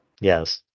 yes